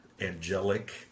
angelic